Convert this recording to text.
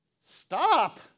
Stop